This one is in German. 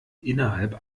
innerhalb